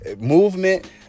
movement